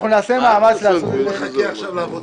אנחנו נעשה מאמץ לעשות את זה --- הוא מחכה עכשיו לעבודה שלהם?